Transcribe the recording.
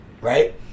right